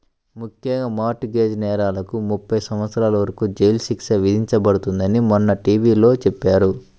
ముఖ్యంగా mortgage నేరాలకు ముప్పై సంవత్సరాల వరకు జైలు శిక్ష విధించబడుతుందని మొన్న టీ.వీ లో చెప్పారు